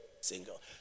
single